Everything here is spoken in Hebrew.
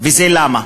וזה למה?